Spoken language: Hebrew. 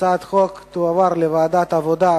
הצעת החוק תועבר לוועדת העבודה,